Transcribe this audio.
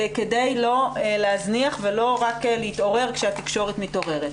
כדי לא להזניח ולא רק להתעורר כשהתקשורת מתעוררת.